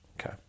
Okay